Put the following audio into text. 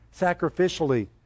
sacrificially